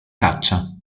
caccia